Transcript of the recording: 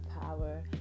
power